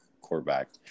quarterback